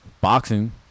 boxing